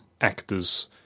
actors